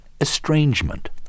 estrangement